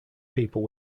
people